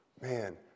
Man